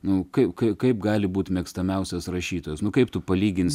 nu kaip kaip kaip gali būt mėgstamiausias rašytojas nu kaip tu palyginsi